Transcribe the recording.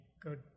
good